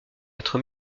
être